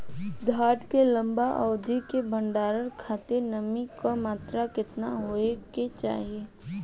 धान के लंबा अवधि क भंडारण खातिर नमी क मात्रा केतना होके के चाही?